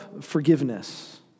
forgiveness